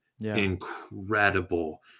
incredible